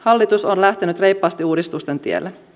hallitus on lähtenyt reippaasti uudistusten tielle